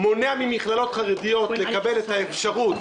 מונע ממכללות חרדיות לקבל את האפשרות,